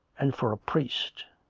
and for a priest!